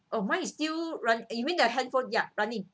oh mine is still run you mean the handphone ya running